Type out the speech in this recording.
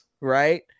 Right